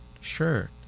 Sure